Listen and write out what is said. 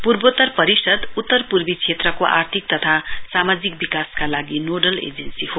पूर्वोत्तर परिषद उत्तर पूर्व क्षेत्रको आर्थिक तथा सामाजिक विकासका लागि नोडल एजेन्सी हो